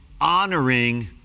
honoring